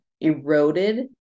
eroded